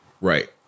right